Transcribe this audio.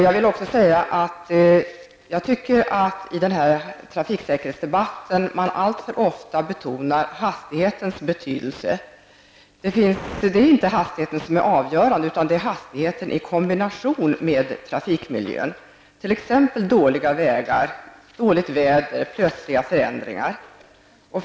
Jag tycker att man i den här trafiksäkerhetsdebatten alltför ofta betonar hastighetens betydelse. Det är inte hastigheten som är avgörande, utan det är hastigheten i kombination med trafikmiljön, t.ex. dåliga vägar, dåligt väder eller plötsliga förändringar i trafiken.